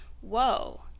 whoa